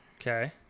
Okay